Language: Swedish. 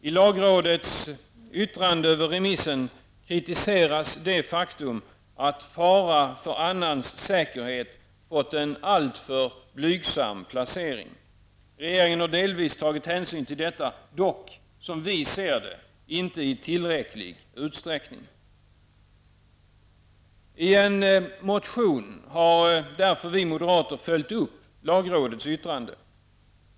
I lagrådets yttrande över remissen kritiseras det faktum att fara för annans säkerhet fått en alltför blygsam placering. Regeringen har delvis tagit hänsyn till detta -- dock, som vi ser det, inte i tillräcklig utsträckning. I en motion har därför vi moderater följt upp lagrådets yttrande.